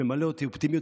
ממלא אותי אופטימיות,